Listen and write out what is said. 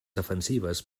defensives